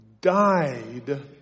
died